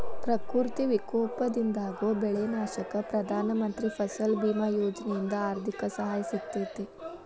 ಪ್ರಕೃತಿ ವಿಕೋಪದಿಂದಾಗೋ ಬೆಳಿ ನಾಶಕ್ಕ ಪ್ರಧಾನ ಮಂತ್ರಿ ಫಸಲ್ ಬಿಮಾ ಯೋಜನೆಯಿಂದ ಆರ್ಥಿಕ ಸಹಾಯ ಸಿಗತೇತಿ